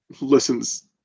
listens